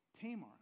Tamar